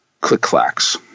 click-clacks